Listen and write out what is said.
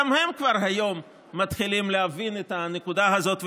היום גם הם כבר מתחילים להבין את הנקודה הזאת,